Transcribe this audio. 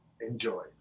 Enjoy